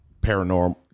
Paranormal